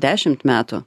dešimt metų